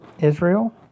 israel